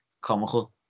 comical